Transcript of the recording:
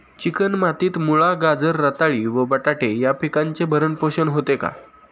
Chicken मातीत मुळा, गाजर, रताळी व बटाटे या पिकांचे भरण पोषण होते का?